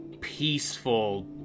peaceful